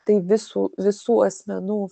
tai visų visų asmenų